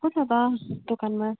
को छ त दोकानमा